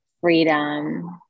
freedom